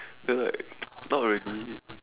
then like not really